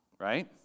Right